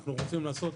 אנחנו רוצים לעשות